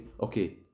Okay